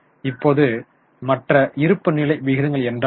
இப்போது மற்ற இருப்புநிலை விகிதங்கள் என்றால் என்ன